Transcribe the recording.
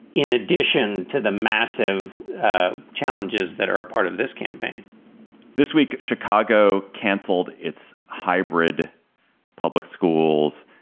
in addition to the massive ah challenges that are part of this campaign this week, chicago canceled its hybrid public schools.